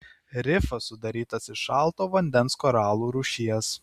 rifas sudarytas iš šalto vandens koralų rūšies